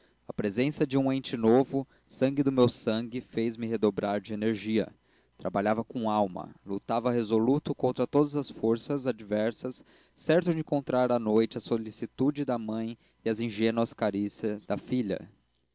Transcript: a presença de um ente novo sangue do meu sangue fez-me redobrar de energia trabalhava com alma lutava resoluto contra todas as forças adversas certo de encontrar à noite a solicitude da mãe e as ingênuas carícias da filha